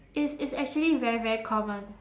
it's it's actually very very common